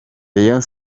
rayon